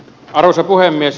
arvoisa puhemies